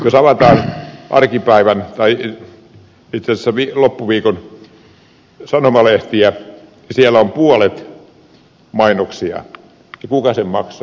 jos avataan arkipäivän tai itse asiassa loppuviikon sanomalehtiä siellä on puolet mainoksia ja kuka ne maksaa